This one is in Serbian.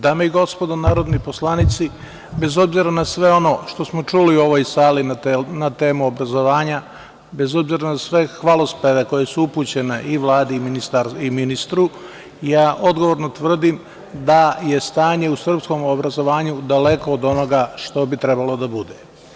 Dame i gospodo narodni poslanici, bez obzira na sve ono što smo čuli u ovoj sali na temu obrazovanja, bez obzira na sve hvalospeve koji su upućeni i Vladi i ministru, ja odgovorno tvrdim da je stanje u srpskom obrazovanju daleko od onoga što bi trebalo da bude.